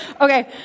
Okay